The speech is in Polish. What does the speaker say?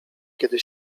kiedy